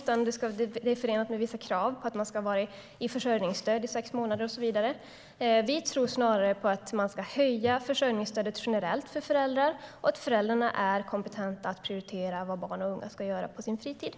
Den är förenad med vissa krav; man ska ha haft försörjningsstöd i sex månader och så vidare.